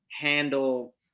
handle